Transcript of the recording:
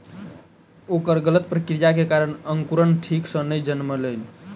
ओकर गलत प्रक्रिया के कारण अंकुरण ठीक सॅ नै जनमलै